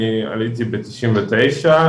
אני עליתי בשנת 1999,